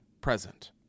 present